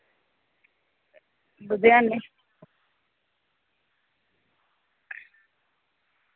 लुधियाने